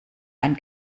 ein